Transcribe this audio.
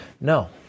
No